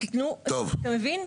אתה מבין?